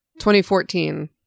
2014